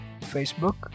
Facebook